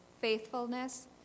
faithfulness